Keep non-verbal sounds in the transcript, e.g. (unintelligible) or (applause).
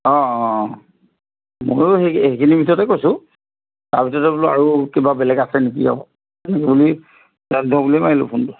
অঁ অঁ মোৰো সেই সেইখিনি ভিতৰতে কৈছোঁ তাৰপিছতে বোলো আৰু কিবা বেলেগ অছে নেকি আকৌ তুমি (unintelligible)